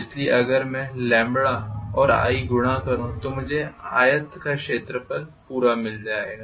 इसलिए अगर मैं i गुणा करूं तो मुझे आयत का पूरा क्षेत्र मिल जाएगा